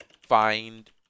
Find